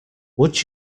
would